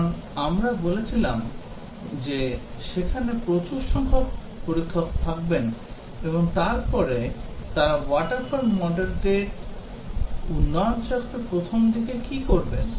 কারণ আমরা বলেছিলাম যে সেখানে প্রচুর সংখ্যক পরীক্ষক থাকবেন এবং তারপরে তারা waterfall মডেলটির উন্নয়ন চক্রের প্রথম দিকে কী করবেন